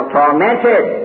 tormented